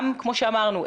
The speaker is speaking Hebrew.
כמו שאמרנו,